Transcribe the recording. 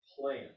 plan